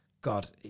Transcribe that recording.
God